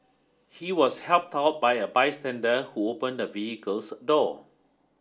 he was helped out by a bystander who opened the vehicle's door